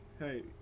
Hey